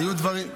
היו דברים,